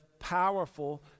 powerful